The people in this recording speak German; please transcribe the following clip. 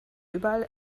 überall